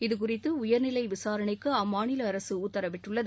இதுகுறித்து உயர்நிலை விசாரணைக்கு அம்மாநில அரசு உத்தரவிட்டுள்ளது